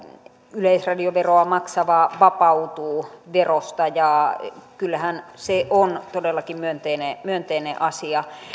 yleisradioveroa maksavaa vapautuu verosta ja kyllähän se on todellakin myönteinen myönteinen asia